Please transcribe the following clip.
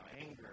Anger